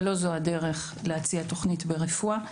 אבל לא זו הדרך להציע תוכנית ברפואה.